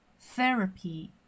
Therapy